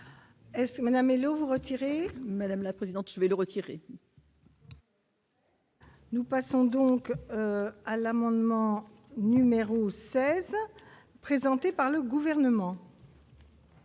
rapporteur. Madame vous retirer. Madame la présidente, je vais le retirer. Nous passons donc à l'amendement numéro 16 heures, présenté par le gouvernement.